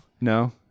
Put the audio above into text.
No